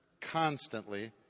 constantly